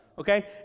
Okay